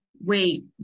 wait